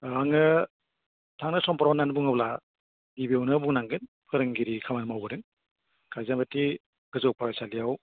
आङो थांनाय समफोराव होननानै बुङोब्ला गिबियावनो बुंनांगोन फोरोंगिरि खामानि मावबोदों खायजामथि गोजौ फरायसालियाव